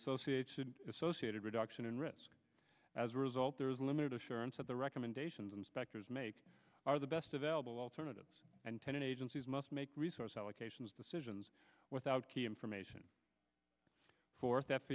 associated associated reduction in risk as a result there's limited assurance that the recommendations inspectors make are the best available alternatives and tenon agencies must make resource allocations decisions without key information forth